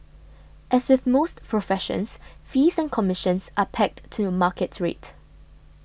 as with most professions fees and commissions are pegged to a market rate